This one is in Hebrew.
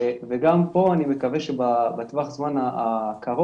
וגם פה אני מקווה שבטווח הזמן הקרוב